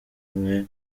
mwe